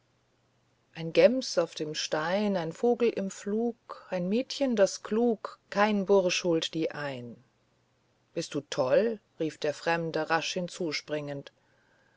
ein gems auf dem stein ein vogel im flug ein mädel das klug kein bursch holt die ein bist du toll rief der fremde rasch